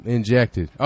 Injected